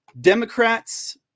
Democrats